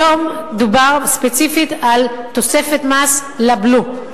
היום דובר ספציפית על תוספת מס לבלו.